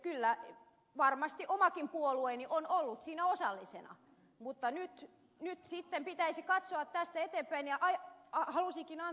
kyllä varmasti omakin puolueeni on ollut siinä osallisena mutta nyt sitten pitäisi katsoa tästä eteenpäin